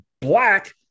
black